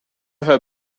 her